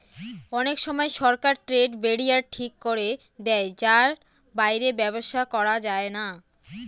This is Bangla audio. অনেক সময় সরকার ট্রেড ব্যারিয়ার ঠিক করে দেয় যার বাইরে ব্যবসা করা যায় না